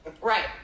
Right